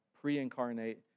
pre-incarnate